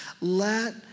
let